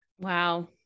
Wow